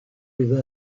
les